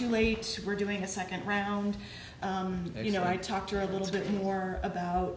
too late we're doing a second round and you know i talked to her a little bit more about